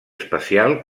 especial